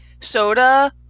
soda